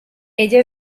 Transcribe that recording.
ella